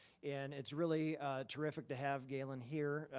and it's really terrific to have galen here.